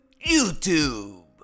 YouTube